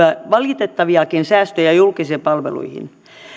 valitettaviakin säästöjä julkisiin palveluihin